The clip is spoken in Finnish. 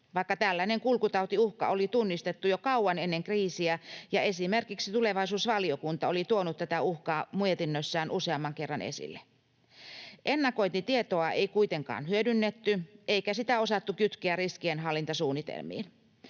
vaikka tällainen kulkutautiuhka oli tunnistettu jo kauan ennen kriisiä ja esimerkiksi tulevaisuusvaliokunta oli tuonut tätä uhkaa mietinnöissään useamman kerran esille. Ennakointitietoa ei kuitenkaan hyödynnetty eikä sitä osattu kytkeä riskienhallintasuunnitelmiin.